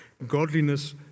godliness